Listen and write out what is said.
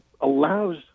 allows